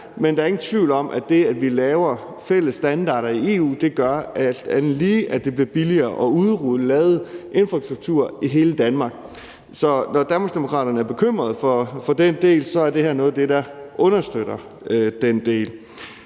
men der er ingen tvivl om, at det, at vi laver fælles standarder i EU, gør, at det alt andet lige bliver billigere at udrulle ladeinfrastruktur i hele Danmark. Så når Danmarksdemokraterne er bekymret for den del, vil jeg sige, at det her er noget af det, der understøtter det.